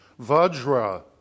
Vajra